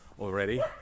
Already